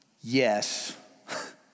Yes